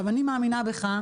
אני מאמינה בך,